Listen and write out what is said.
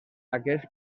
aquests